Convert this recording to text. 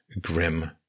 grim